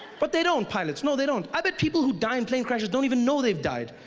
but they don't, pilots. no they don't. other people who die in plane crashes don't even know they've died.